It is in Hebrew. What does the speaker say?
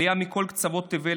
עלייה מכל קצוות תבל.